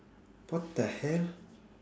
what the hell